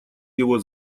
его